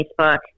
Facebook